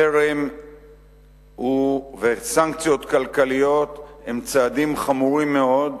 חרם וסנקציות כלכליות הם צעדים חמורים מאוד,